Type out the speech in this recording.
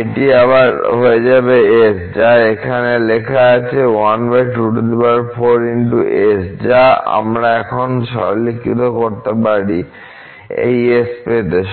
এটি আবার হয়ে যাবে S যা এখানে লেখা আছে যা আমরা এখন সরলীকৃত করতে পারি এই S পেতে এখান থেকে